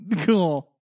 cool